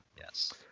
Yes